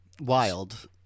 wild